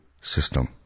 system